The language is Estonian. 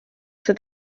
see